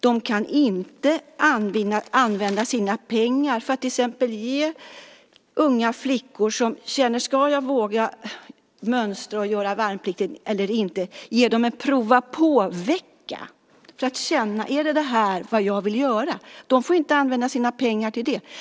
De kan inte använda sina pengar för att till exempel ge unga flickor som funderar på om de ska våga mönstra och göra värnplikt eller inte en prova-på-vecka för att känna om det här är vad de vill göra. Organisationerna får inte använda sina pengar till det.